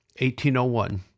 1801